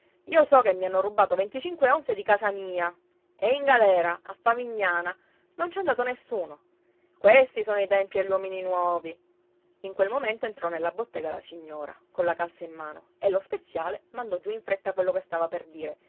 io so che mi hanno rubato venticinque onze di casa mia e in galera a favignana non ci è andato nessuno questi sono i tempi e gli uomini nuovi in quel momento entrò nella bottega la signora colla calza in mano e lo speziale mandò giù in fretta quello che stava per dire